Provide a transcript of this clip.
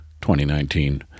2019